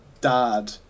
dad